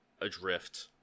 adrift